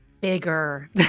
bigger